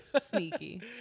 Sneaky